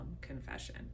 confession